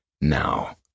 Now